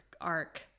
arc